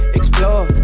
explore